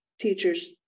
teachers